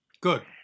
Good